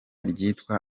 ryitwa